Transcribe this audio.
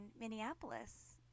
Minneapolis